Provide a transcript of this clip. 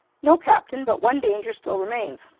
no, captain, but one danger still remains.